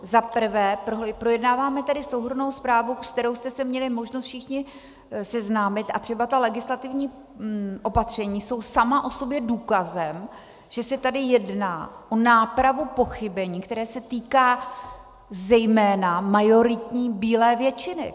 Za prvé, projednáváme tady souhrnnou zprávu, se kterou jste se měli možnost všichni seznámit, a třeba ta legislativní opatření jsou sama o sobě důkazem, že se tady jedná o nápravu pochybení, které se týká zejména majoritní bílé většiny.